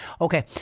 Okay